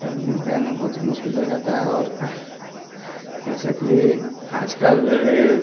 गर्मी में रहना बहुत ही मुश्किल हो जाता है और जैसे कि आज कल